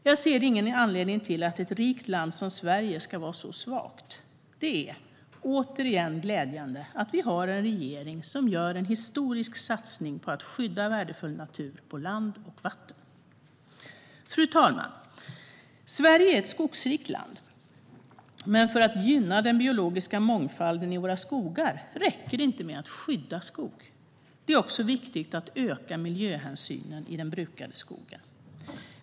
Jag ser ingen anledning till att ett rikt land som Sverige ska vara så svagt. Det är, återigen, glädjande att vi har en regering som gör en historisk satsning på att skydda värdefull natur på land och i vatten. Fru talman! Sverige är ett skogrikt land. Men för att gynna den biologiska mångfalden i våra skogar räcker det inte med att skydda skog. Det är också viktigt att öka miljöhänsynen i den brukade skogen.